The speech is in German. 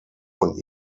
von